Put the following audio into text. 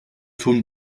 tun